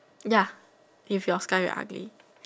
ya if your sky very ugly